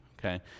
okay